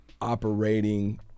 operating